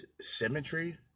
symmetry